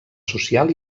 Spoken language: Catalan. social